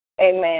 Amen